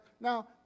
Now